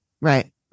Right